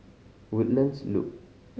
Woodlands Loop